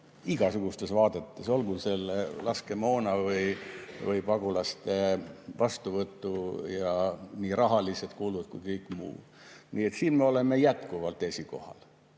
igasugustes vaadetes, olgu laskemoon või pagulaste vastuvõtt ja nii rahalised kulutused kui ka kõik muu. Nii et siin me oleme jätkuvalt esikohal.